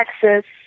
Texas